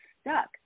stuck